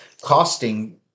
costing